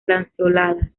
lanceoladas